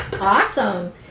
Awesome